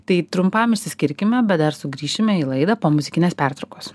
tai trumpam išsiskirkime bet dar sugrįšime į laidą po muzikinės pertraukos